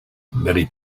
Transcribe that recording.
many